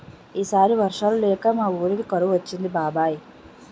ఈ సారి వర్షాలు లేక మా వూరికి కరువు వచ్చింది బాబాయ్